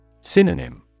Synonym